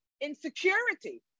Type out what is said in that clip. insecurity